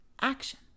action